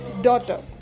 daughter